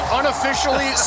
unofficially